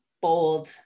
bold